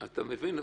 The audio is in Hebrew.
אתה מבין?